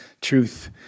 truth